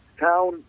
town